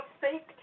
fake